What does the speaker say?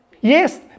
Yes